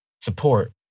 support